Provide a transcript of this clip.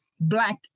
Black